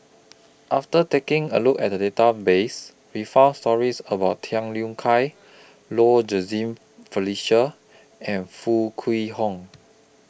after taking A Look At Database We found stories about Tham Yui Kai Low Jimenez Felicia and Foo Kwee Horng